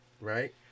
right